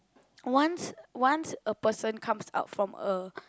once once a person comes out from a